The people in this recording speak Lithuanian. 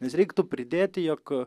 nes reiktų pridėti jog